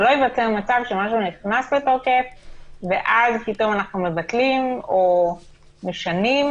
שלא ייווצר מצב שמשהו נכנס לתוקף ואז פתאום אנחנו מבטלים או משנים.